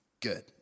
good